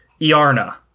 Iarna